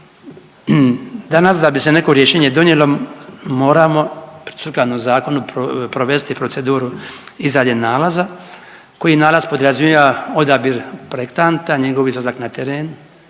Danas da bi se neko rješenje donijelo moramo sukladno zakonu provesti proceduru izrade nalaza koji nalaz podrazumijeva odabir projektanta, njegov izlazak na teren,